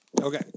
Okay